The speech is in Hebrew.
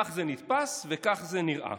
כך זה נתפס וכך זה נראה.